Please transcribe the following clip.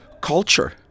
culture